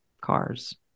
cars